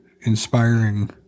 inspiring